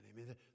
amen